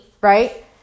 right